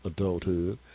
Adulthood